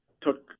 took